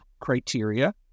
criteria